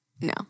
No